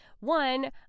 One